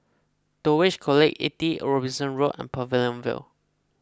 Dulwich College eighty Robinson Road and Pavilion View